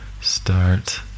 start